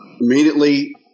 immediately